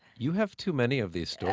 you have too many of these stories.